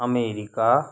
America